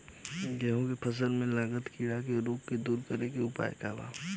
गेहूँ के फसल में लागल कीड़ा के रोग के दूर करे के उपाय का बा?